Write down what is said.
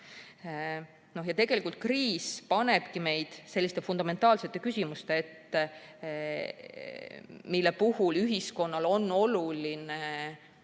põhjendatud. Kriis panebki meid selliste fundamentaalsete küsimuste ette, mille puhul ühiskonnal on oluline neid